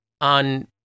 on